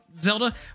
zelda